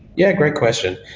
yeah, great question.